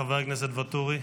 חבר הכנסת ואטורי.